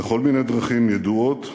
בכל מיני דרכים ידועות,